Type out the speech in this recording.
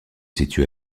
situe